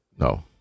No